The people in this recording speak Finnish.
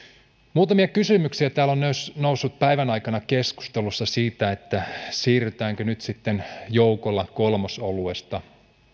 muutamia kysymyksiä täällä on noussut päivän aikana keskustelussa siitä siirrytäänkö nyt sitten joukolla kolmosoluesta